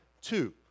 two